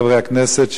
חברי הכנסת,